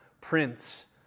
Prince